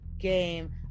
game